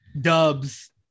dubs